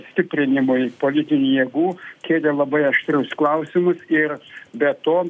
stiprinimui politinių jėgų kėlė labai aštrius klausimus ir be to